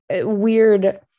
weird